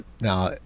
now